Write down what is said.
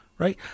Right